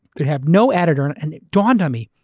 they have no editor, and it dawned on me.